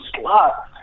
slot